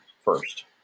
first